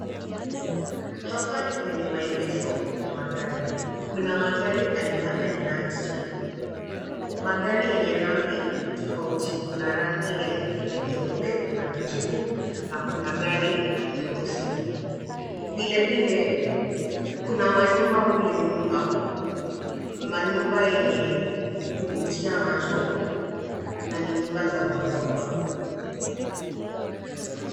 Hapa ni kwenye maegesho ya magari, kuna magari aina aina hainati. Magari yenye rangi tofauti. Kuna rangi ya nyeupe kuna kijivu kuna gari nyeusi, vilevile kuna manyumna kule nyuma yenye kuvutia macho, manyumba za gorofa.